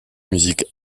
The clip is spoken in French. musique